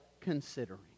considering